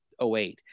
08